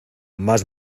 más